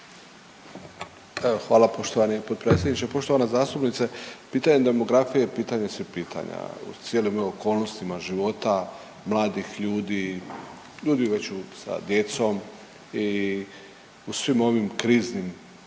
hvala poštovani potpredsjedniče. Poštovana zastupnice pitanje demografije je pitanje svih pitanja …/Govornik se ne razumije./… okolnostima života, mladih ljudi, ljudi već sa djecom i u svim ovim kriznim